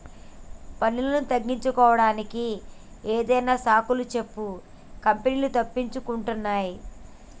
పన్నులను తగ్గించుకోడానికి ఏదొక సాకులు సెప్పి కంపెనీలు తప్పించుకుంటున్నాయ్